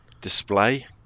display